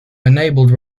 enabled